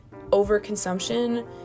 overconsumption